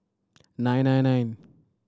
nine nine nine